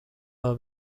بار